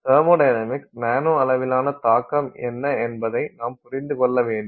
தெர்மொடைனமிக்ஸில் nano அளவிலான தாக்கம் என்ன என்பதை நாம் புரிந்து கொள்ள வேண்டும்